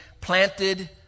planted